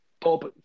Bob